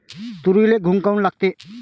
तुरीले घुंग काऊन लागते?